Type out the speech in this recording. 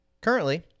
Currently